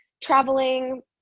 traveling